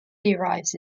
derives